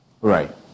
right